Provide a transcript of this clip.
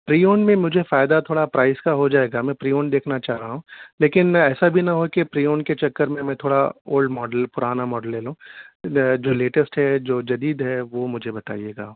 پریون میں مجھے فائدہ تھوڑا پرائز کا ہو جائے گا میں پریون دیکھنا چاہ رہا ہوں لیکن ایسا بھی نہ ہو کہ پریون کے چکر میں تھوڑا اولڈ ماڈل پرانا ماڈل لے لوں جو لیٹسٹ ہے جو جدید ہے وہ مجھے بتائیے گا